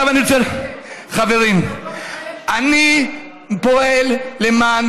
חברים, אני פועל למען